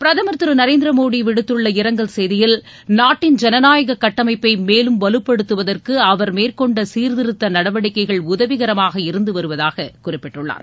பிரதுர் திரு நரேந்திர மோடி விடுத்துள்ள இரங்கல் செய்தியில் நாட்டின் ஜனநாயக கட்டமைப்பை மேலும் வலுப்படுத்துவதற்கு அவர் மேற்கொண்ட சீர்திருத்த நடவடிக்கைகள் உதவிகரமாக இருந்து வருவதாக குறிப்பிட்டுள்ளார்